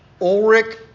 Ulrich